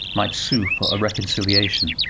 might sue for a reconciliation.